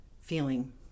feeling